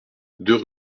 deux